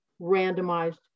randomized